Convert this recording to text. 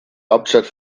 hauptstadt